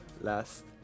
last